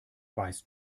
weißt